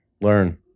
learn